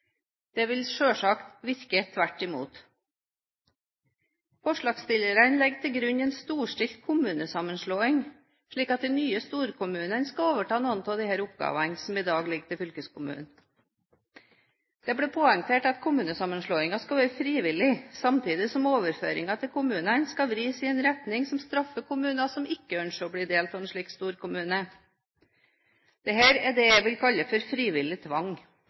Det vil selvsagt virke tvert imot. Forslagsstillerne legger til grunn en storstilt kommunesammenslåing, slik at de nye storkommunene kan overta oppgavene som i dag ligger til fylkeskommunen. Det blir poengtert at kommunesammenslåinger skal være frivillig, samtidig som overføringene til kommunene skal vris i en retning som straffer kommuner som ikke ønsker å bli en del av en slik storkommune. Dette er det jeg vil kalle for frivillig tvang.